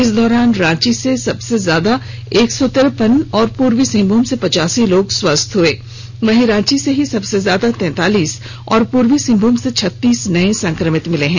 इस दौरान रांची से सबसे ज्यादा एक सौ तिरपन और पूर्वी सिंहभूम से पचासी लोग स्वस्थ हुए वहीं रांची से ही सबसे ज्यादा तैंतालीस और पूर्वी सिंहभूम से छत्तीस नए संक्रमित मिले हैं